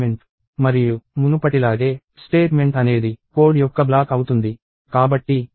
మరియు మునుపటిలాగే స్టేట్మెంట్ అనేది కోడ్ యొక్క బ్లాక్ అవుతుంది